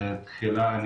תחילה,